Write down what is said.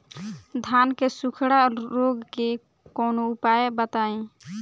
धान के सुखड़ा रोग के कौनोउपाय बताई?